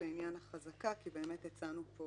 לעניין החזקה, כי הצענו פה